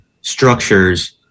structures